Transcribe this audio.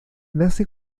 nace